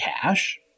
cash